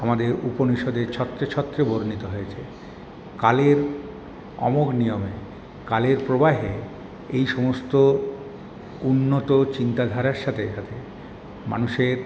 আমাদের উপনিষদে ছত্রে ছত্রে বর্ণিত হয়েছে কালের অমোঘ নিয়মে কালের প্রবাহে এই সমস্ত উন্নত চিন্তাধারার সাথে সাথে মানুষের